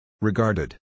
Regarded